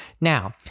Now